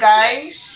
Guys